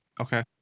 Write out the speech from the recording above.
Okay